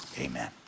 amen